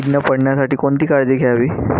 कीड न पडण्यासाठी कोणती काळजी घ्यावी?